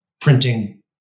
printing